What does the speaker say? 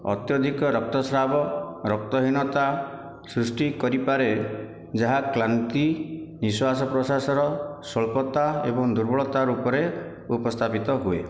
ଅତ୍ୟଧିକ ରକ୍ତସ୍ରାବ ରକ୍ତହୀନତା ସୃଷ୍ଟି କରିପାରେ ଯାହା କ୍ଳାନ୍ତି ନିଶ୍ୱାସ ପ୍ରଶ୍ୱାସର ସ୍ଵଳ୍ପତା ଏବଂ ଦୁର୍ବଳତା ରୂପରେ ଉପସ୍ଥାପିତ ହୁଏ